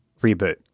reboot